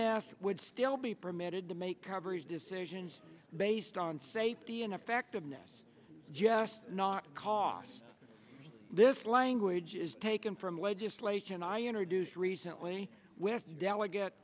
s would still be permitted to make coverage decisions based on safety and effectiveness just not cost this language is taken from legislation i introduced recently with delegate